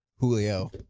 Julio